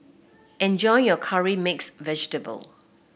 enjoy your Curry Mixed Vegetable